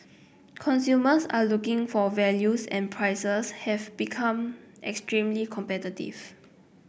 consumers are looking for values and prices have become extremely competitive